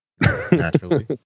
Naturally